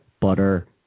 butter